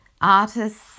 artists